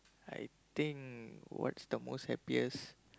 I think what's the most happiest